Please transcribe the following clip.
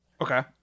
okay